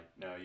no